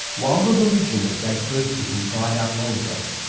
while the religion that gave birth to him died out long ago,